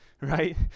right